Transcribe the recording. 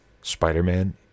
Spider-Man